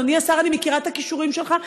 אדוני השר, אני מכירה את הכישורים שלך.